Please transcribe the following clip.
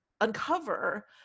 uncover